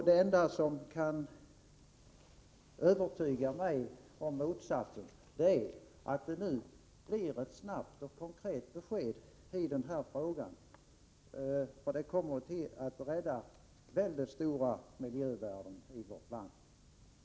Det enda som kan övertyga mig om motsatsen är att det nu lämnas ett snabbt och konkret besked i den här frågan, eftersom detta skulle innebära att man räddade mycket stora miljövärden i vårt land.